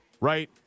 right